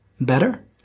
Better